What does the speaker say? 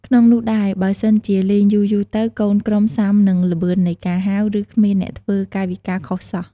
ក្នុងនោះដែរ បើសិនជា លេងយូរៗទៅ កូនក្រុមសាំនឹងល្បឿននៃការហៅ ឬគ្មានអ្នកធ្វើកាយវិការខុសសោះ។